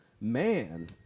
man